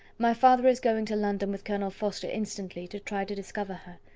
my father is going to london with colonel forster instantly, to try to discover her.